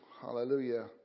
Hallelujah